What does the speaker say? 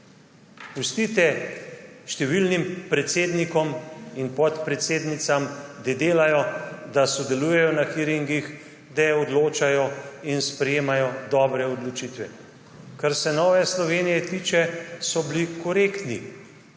Pustite številnim predsednikom in podpredsednicam, da delajo, da sodelujejo na hearingih, da odločajo in sprejemajo dobre odločitve. Kar se Nove Slovenije tiče, so bili korektni.